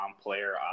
player